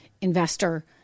investor